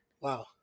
Wow